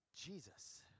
Jesus